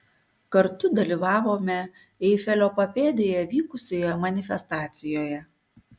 kartu dalyvavome eifelio papėdėje vykusioje manifestacijoje